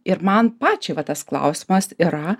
ir man pačiai va tas klausimas yra